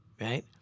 right